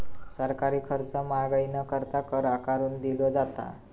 सरकारी खर्च महागाई न करता, कर आकारून दिलो जाता